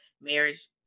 marriage